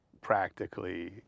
practically